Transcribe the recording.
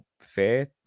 fair